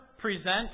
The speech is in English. present